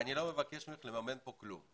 ואני לא מבקש ממך לממן פה כלום,